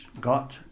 got